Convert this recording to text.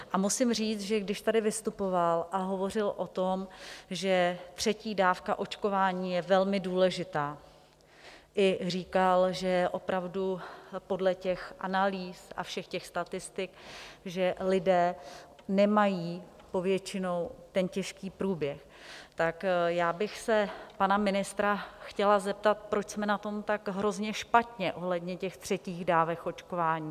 A musím říct, že když tady vystupoval a hovořil o tom, že třetí dávka očkování je velmi důležitá, i říkal, že opravdu podle těch analýz a všech těch statistik lidé nemají povětšinou ten těžký průběh, tak já bych se pana ministra chtěla zeptat, proč jsme na tom tak hrozně špatně ohledně těch třetích dávek očkování?